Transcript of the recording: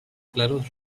claros